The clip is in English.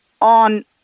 on